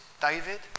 David